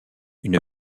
une